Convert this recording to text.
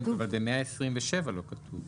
ב-127 לא כתוב.